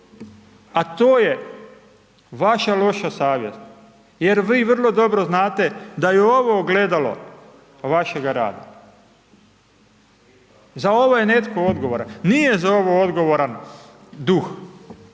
A to je vaša loša savjest, jer vi vrlo dobro znate, da je ovo ogledalo vašega rada. Za ovo je netko odgovoran, nije za ovo odgovoran duh.